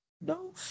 No